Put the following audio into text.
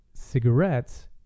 Cigarettes